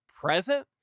present